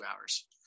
hours